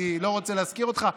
אני לא רוצה להזכיר אותך,